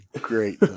great